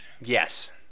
Yes